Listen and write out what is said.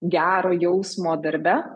gero jausmo darbe